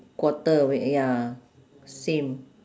quarter wait ya same